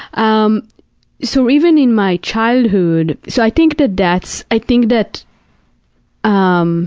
um so even in my childhood, so i think that that's, i think that um